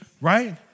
right